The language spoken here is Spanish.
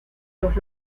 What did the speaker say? los